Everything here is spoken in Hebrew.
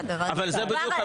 אבל זה בדיוק הבעיה.